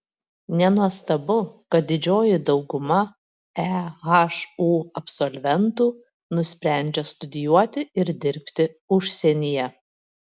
nenuostabu kad didžioji dauguma ehu absolventų nusprendžia studijuoti ir dirbti užsienyje